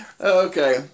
Okay